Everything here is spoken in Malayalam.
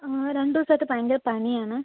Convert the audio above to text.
രണ്ട് ദിവസായിട്ട് ഭയങ്കര പനിയാണ്